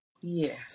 Yes